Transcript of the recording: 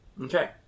Okay